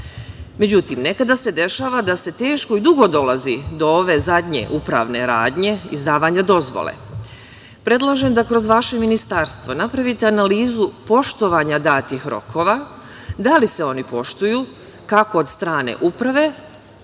efikasno.Međutim, nekada se dešava da se teško i dugo dolazi do ove zadnje upravne radnje izdavanja dozvole. Predlažem da kroz vaše ministarstvo napravite analizu poštovanja datih rokova, da li se oni poštuju kako od strane uprave,